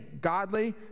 Godly